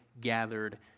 gathered